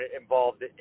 involved